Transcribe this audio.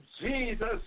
Jesus